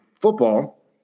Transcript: football